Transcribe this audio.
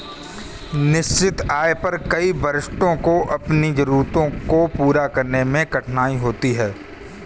निश्चित आय पर कई वरिष्ठों को अपनी जरूरतों को पूरा करने में कठिनाई होती है